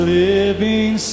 living